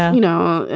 you know,